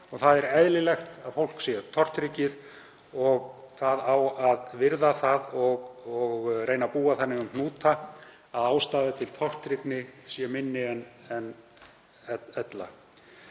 og það er eðlilegt að fólk sé tortryggið. Það á að virða það og reyna að búa þannig um hnúta að ástæða til tortryggni sé minni en ella.